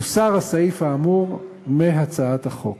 יוסר הסעיף האמור מהצעת החוק.